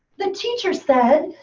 the teacher said,